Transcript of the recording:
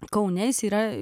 kaune jis yra